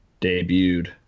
debuted